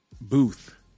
booth